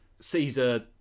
Caesar